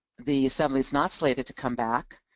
the assembly is not slated to come back